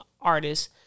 artists